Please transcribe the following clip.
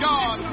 God